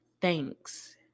thanks